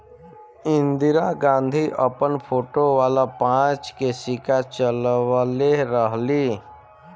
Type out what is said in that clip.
इंदिरा गांधी अपन फोटो वाला पांच के सिक्का चलवले रहली